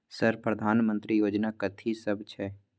Sir प्रधानमंत्री योजना कथि सब छै?